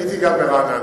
הייתי גם ברעננה.